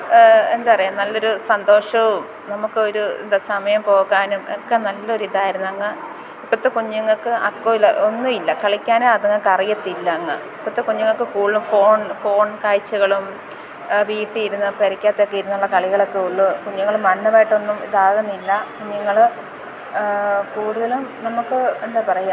എന്താ പറയുക നല്ലൊരു സന്തോഷവും നമുക്കൊരു എന്താ സമയം പോകാനും ഒക്കെ നല്ലൊരിതായിരുന്നങ്ങ് ഇപ്പോഴത്തെ കുഞ്ഞുങ്ങൾക്ക് അക്കുമില്ല ഒന്നുമില്ല കളിക്കാനും അതുങ്ങൾക്കറിയത്തില്ലങ്ങ് ഇപ്പോഴത്തെ കുഞ്ഞുങ്ങൾക്ക് കൂടുതലും ഫോൺ ഫോൺ കാഴ്ച്കളും വീട്ടിൽ ഇരുന്നു പുരക്കകത്തൊക്കെ ഇരുന്നുള്ള കളികളൊക്കെ ഉള്ളു കുഞ്ഞുങ്ങൾ മണ്ണുമായിട്ടൊന്നും ഇതാകുന്നില്ല കുഞ്ഞുങ്ങൾ കൂടുതലും നമുക്ക് എന്താ പറയുക